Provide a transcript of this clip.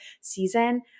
season –